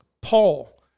Paul